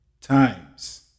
times